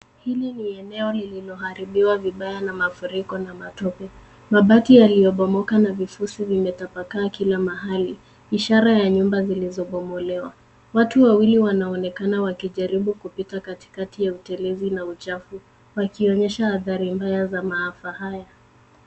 Hili ni eneo lililoharibiwa vibaya na mafuriko na matope. Mabati yaliyobomoka na vifusi vimetapaka kila mahali ishara ya nyumba zilizobomolewa. Watu wawili wanaonekana wakijaribu kupita katikati ya utelezi na uchafu wakionyesha athari mbaya ya maafa haya.